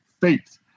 faith